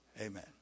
Amen